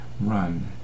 run